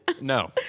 no